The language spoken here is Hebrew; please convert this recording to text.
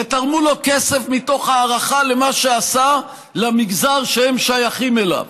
ותרמו לו כסף מתוך הערכה למה שעשה למגזר שהם שייכים אליו.